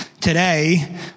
today